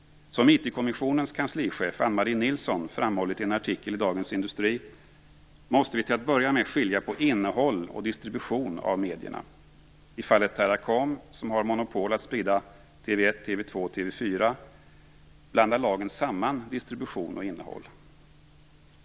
Som IT-kommissionens kanslichef Ann-Marie Nilsson framhållit i en artikel i Dagens Industri måste vi till att börja med skilja på innehåll och distribution av medierna. I fallet Teracom, som har monopol på att sprida TV 1, TV 2 och TV 4, blandar lagen samman distribution och innehåll.